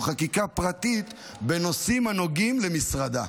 חקיקה פרטית בנושאים הנוגעים למשרדה.